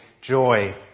joy